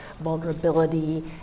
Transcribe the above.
vulnerability